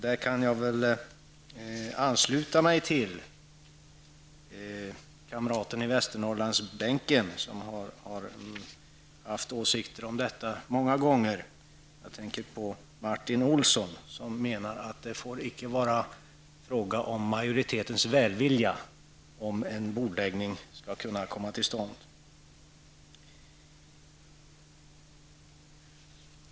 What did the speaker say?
Jag kan ansluta mig till kamraten i Västernorrlandsbänken, Martin Olsson, som har haft åsikter om detta många gånger. Han menar att majoritetens välvilja inte får avgöra om en bordläggning skall kunna komma till stånd.